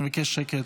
אני מבקש שקט.